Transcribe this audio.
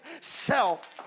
self